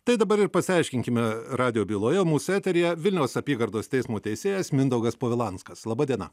tai dabar ir pasiaiškinkime radijo byloje mūsų eteryje vilniaus apygardos teismo teisėjas mindaugas povilanskas laba diena